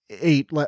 eight